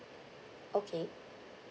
okay